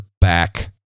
back